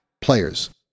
players